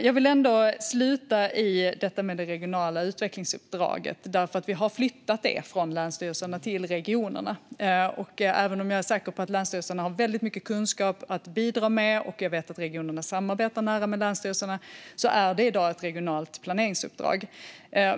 Jag vill avsluta med att ta upp detta med det regionala utvecklingsuppdraget. Vi har flyttat det från länsstyrelserna till regionerna. Även om jag är säker på att länsstyrelserna har väldigt mycket kunskap att bidra med - och jag vet att regionerna samarbetar nära med länsstyrelserna - är det i dag ett regionalt planeringsuppdrag.